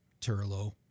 Turlo